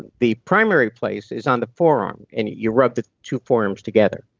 the the primary place is on the forearm, and you rub the two forearms together